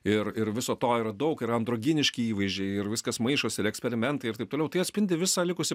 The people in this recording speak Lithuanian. ir ir viso to yra daug ir androginiški įvaizdžiai ir viskas maišosi ir eksperimentai ir taip toliau tai atspindi visą likusį